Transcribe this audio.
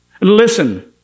Listen